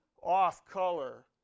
off-color